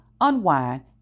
unwind